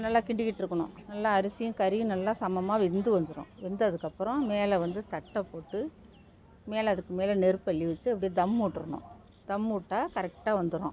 நல்லா கிண்டிக்கிட்டுருக்கணும் நல்லா அரிசியும் கறியும் நல்லா சமமா வெந்து வந்துடும் வெந்ததுக்கப்புறம் மேலே வந்து தட்டு போட்டு மேலே அதுக்கு மேலே நெருப்பை அள்ளி வச்சி அப்டிடே தம் விட்டுர்றணும் தம் விட்டா கரெக்டாக வந்துடும்